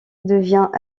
devient